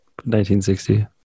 1960